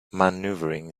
maneuvering